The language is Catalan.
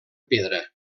pedra